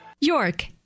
York